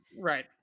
Right